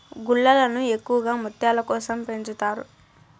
గుల్లలను ఎక్కువగా ముత్యాల కోసం పెంచుతారు